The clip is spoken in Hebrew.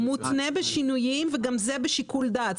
מותנה בשינויים וגם זה בשיקול דעת.